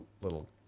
little